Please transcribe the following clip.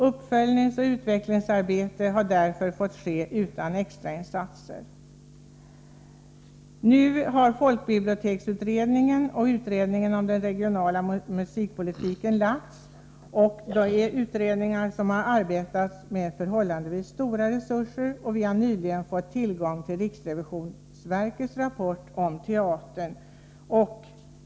Uppföljningsoch utvecklingsarbete har därför fått ske utan extrainsatser. Nu har folkbiblioteksutredningen och utredningen om den regionala musikpolitiken lagt fram sina förslag. Det är utredningar som har arbetat med förhållandevis stora resurser. Nyligen har vi också fått tillgång till riksrevisionsverkets rapport om teatern.